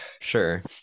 Sure